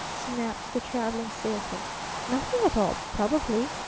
snapped the traveling salesman nothing at all probably.